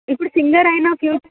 ఇప్పుడు సింగర్ అయిన ఫ్యూ